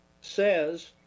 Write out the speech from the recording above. says